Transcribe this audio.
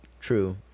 True